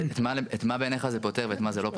את מה בעיניך זה פותר ואת מה זה לא פותר?